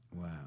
Wow